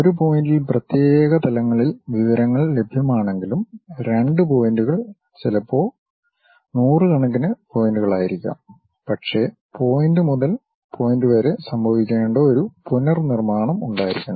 ഒരു പോയിൻ്റിൽ പ്രത്യേക തലങ്ങളിൽ വിവരങ്ങൾ ലഭ്യമാണെങ്കിലും രണ്ട് പോയിന്റുകൾ ചിലപ്പോ നൂറുകണക്കിന് പോയിന്റുകളായിരിക്കാം പക്ഷേ പോയിന്റ് മുതൽ പോയിന്റ് വരെ സംഭവിക്കേണ്ട ഒരു പുനർനിർമ്മാണം ഉണ്ടായിരിക്കണം